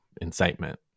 incitement